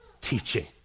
Teaching